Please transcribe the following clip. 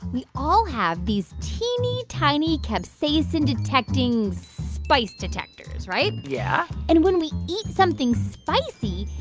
we all have these teeny, tiny capsaicin-detecting spice detectors, right? yeah and when we eat something spicy,